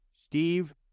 Steve